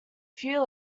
few